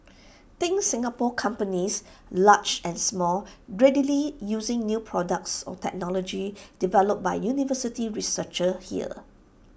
think Singapore companies large and small readily using new products or technology developed by university researchers here